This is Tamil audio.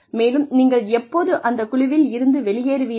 மேலும் நீங்கள் எப்போது அந்த குழுவில் இருந்து வெளியேறுவீர்கள்